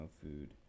food